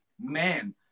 man